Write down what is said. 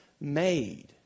made